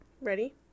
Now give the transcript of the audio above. Ready